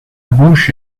bouche